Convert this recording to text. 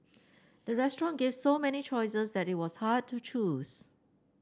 the restaurant gave so many choices that it was hard to choose